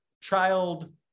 child